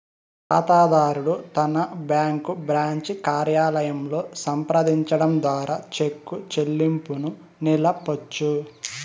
కాతాదారుడు తన bank branch కార్యాలయంలో సంప్రదించడం ద్వారా చెక్కు చెల్లింపుని నిలపొచ్చు